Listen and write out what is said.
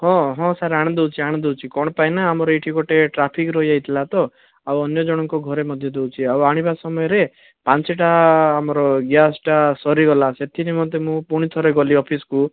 ହଁ ହଁ ସାର ଆଣିଦଉଛି ଆଣିଦଉଛି କ'ଣ ପାଇଁ ନା ଆମର ଏହିଠି ଗୋଟେ ଟ୍ରାଫିକ ରହିଯାଇଥିଲା ତ ଆଉ ଅନ୍ୟ ଜଣଙ୍କ ଘରେ ମଧ୍ୟ ଦଉଛି ଆଉ ଆଣିବା ସମୟରେ ପାଞ୍ଚଟା ଆମର ଗ୍ୟାସଟା ସରିଗଲା ସେଠିକି ମୋତେ ମୁଁ ପୁଣି ଥରେ ଗଲି ଅଫିସ କୁ